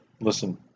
listen